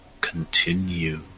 Continue